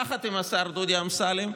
יחד עם השר דודי אמסלם,